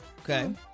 Okay